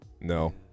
No